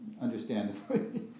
understandably